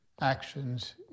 actions